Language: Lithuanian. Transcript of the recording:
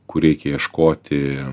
kur reikia ieškoti